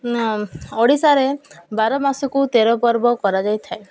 ନା ଓଡ଼ିଶାରେ ବାର ମାସକୁ ତେର ପର୍ବ କରାଯାଇ ଥାଏ